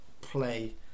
play